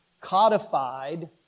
codified